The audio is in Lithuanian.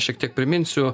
šiek tiek priminsiu